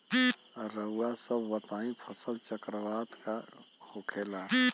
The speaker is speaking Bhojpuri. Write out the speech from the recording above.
रउआ सभ बताई फसल चक्रवात का होखेला?